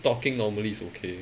talking normally is okay